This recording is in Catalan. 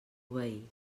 veí